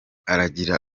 aragira